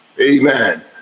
amen